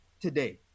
Today